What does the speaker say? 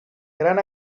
gran